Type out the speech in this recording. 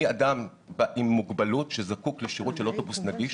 אני אדם עם מוגבלות שזקוק לשירות של אוטובוס נגיש,